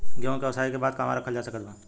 गेहूँ के ओसाई के बाद कहवा रखल जा सकत बा?